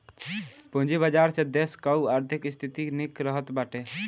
पूंजी बाजार से देस कअ आर्थिक स्थिति निक रहत बाटे